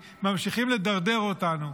ממשיכים לדרדר אותנו.